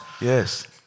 yes